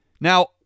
Now